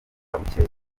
bucyeye